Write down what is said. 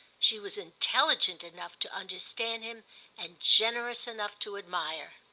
she was intelligent enough to understand him and generous enough to admire.